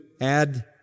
add